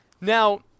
Now